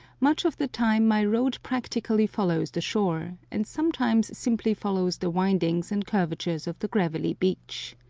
much of the time my road practically follows the shore, and sometimes simply follows the windings and curvatures of the gravelly beach.